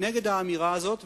נגד האמירה הזאת,